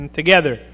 together